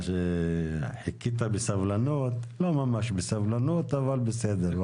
חיכית בסבלנות, לא ממש בסבלנות, אבל בסדר.